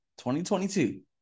2022